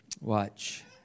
Watch